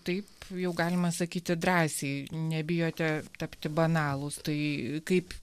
taip jau galima sakyti drąsiai nebijote tapti banalūs tai kaip